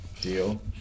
Deal